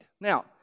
Now